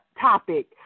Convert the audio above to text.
topic